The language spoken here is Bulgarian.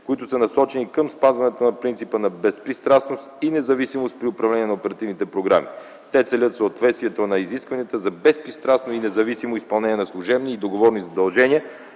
които са насочени към спазването на принципа на безпристрастност и независимост при управление на оперативните програми. Те целят съответствието на изискванията за безпристрастно и независимо изпълнение на служебни и договорни задължения,